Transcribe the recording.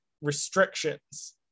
restrictions